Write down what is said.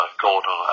Gordon